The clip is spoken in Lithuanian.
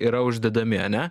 yra uždedami ane